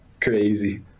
crazy